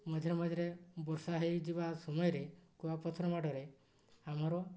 ମଝିରେ ମଝିରେ ବର୍ଷା ହେଇଯିବା ସମୟରେ କୂଆପଥର ମାଡ଼ରେ ଆମର